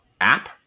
app